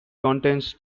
contains